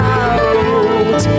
out